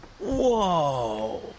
Whoa